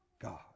God